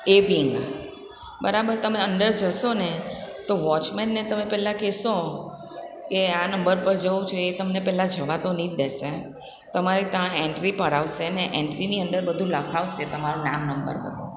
એ wing બરાબર તમે અંદર જશો ને તો વૉચમેનને તમે પહેલાં કહેશો કે આ નંબર પર જાઉં છું એ તમને પહેલાં જવા તો નહીં જ દેશે તમારી ત્યાં એન્ટ્રી પડાવશે ને એન્ટ્રીની અંદર બધું લખાવશે તમારું નામ નંબર બધું